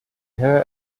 her